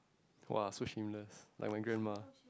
!wah! so shameless like my grandma